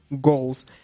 goals